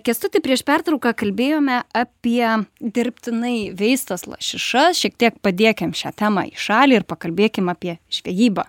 kęstuti prieš pertrauką kalbėjome apie dirbtinai veistas lašišas šiek tiek padėkim šią temą į šalį ir pakalbėkim apie žvejybą